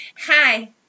Hi